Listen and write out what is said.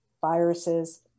viruses